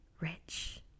rich